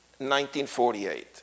1948